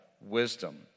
wisdom